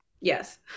yes